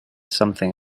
something